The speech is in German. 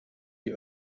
die